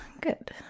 Good